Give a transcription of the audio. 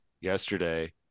yesterday